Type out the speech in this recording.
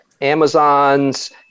Amazons